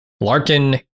Larkin